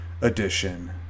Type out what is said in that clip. Edition